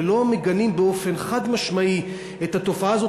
ולא מגנים באופן חד-משמעי את התופעה הזאת,